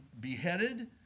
beheaded